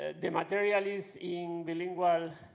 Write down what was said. ah the material is in the lingual